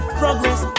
progress